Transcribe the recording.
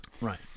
Right